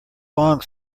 long